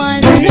One